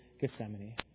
Gethsemane